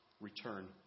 return